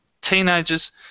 teenagers